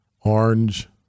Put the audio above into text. orange